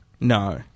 No